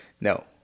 No